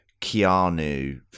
Keanu